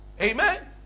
Amen